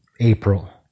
April